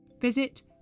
Visit